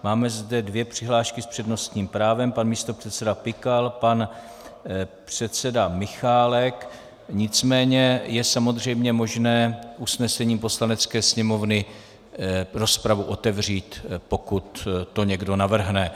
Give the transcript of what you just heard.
Máme zde dvě přihlášky s přednostním právem, pan místopředseda Pikal, pan předseda Michálek, nicméně je samozřejmě možné usnesením Poslanecké sněmovny rozpravu otevřít, pokud to někdo navrhne.